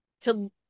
to-